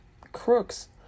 crooks